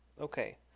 Okay